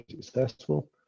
successful